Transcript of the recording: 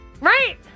Right